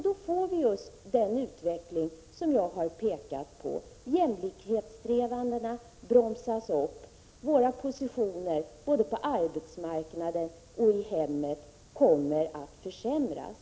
Då får vi just den utveckling jag har pekat på. Jämlikhetssträvandena bromsas upp och våra positioner, både på arbetsmarknaden och i hemmet, kommer att försämras.